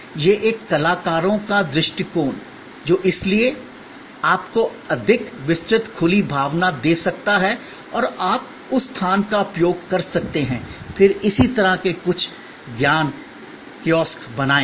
यह है कि कलाकारों का दृष्टिकोण जो इसलिए आपको अधिक विस्तृत खुली भावना दे सकता है और आप उस स्थान का उपयोग कर सकते हैं फिर इस तरह के कुछ ज्ञान कियोस्क बनाएं